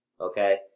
okay